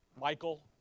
Michael